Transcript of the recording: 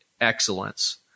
excellence